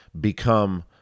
become